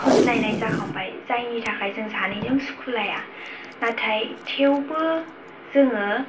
होनलायनाय जाखांबाय जायनि थाखाय जों सानैजों सुखुलाया नाथाय थेवबो जोङो